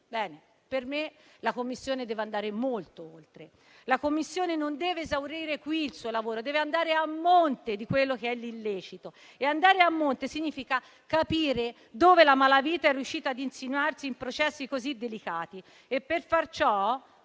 per me la Commissione deve andare molto oltre. La Commissione non deve esaurire qui il suo lavoro, ma deve andare a monte dell'illecito e ciò significa capire dove la malavita è riuscita ad insinuarsi in processi così delicati. Per fare ciò